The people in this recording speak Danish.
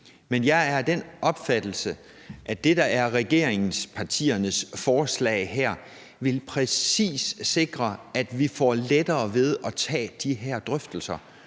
Men jeg er af den opfattelse, at det, der er regeringspartiernes forslag her, præcis vil sikre, at vi får lettere ved at tage de her drøftelser,